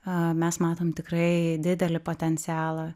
a mes matome tikrai didelį potencialą